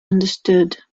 understood